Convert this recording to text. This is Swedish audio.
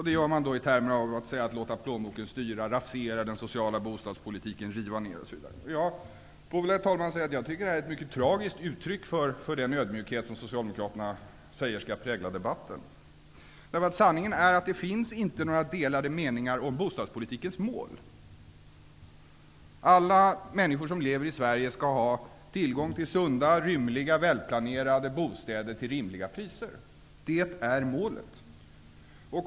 Det gör man i termer som ''att låta plånboken styra'', ''rasera den sociala bostadspolitiken'', ''riva ner'' osv. Jag får nog, herr talman, säga att det är ett tragiskt uttryck för den ödmjukhet som Socialdemokraterna säger skall prägla debatten. Sanningen är att det inte finns några delade meningar om bostadspolitikens mål. Alla människor som lever i Sverige skall ha tillgång till sunda, rymliga och välplanerade bostäder till rimliga priser. Det är målet.